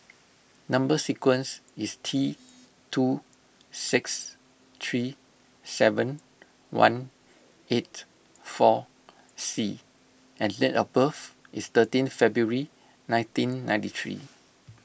Number Sequence is T two six three seven one eight four C and date of birth is thirteen February nineteen ninety three